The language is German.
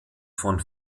von